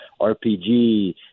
RPG